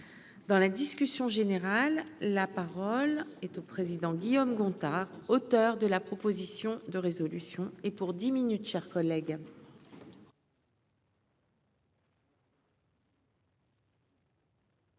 dans la discussion générale, la parole est au président Guillaume Gontard, auteur de la proposition de résolution et pour dix minutes chers collègues.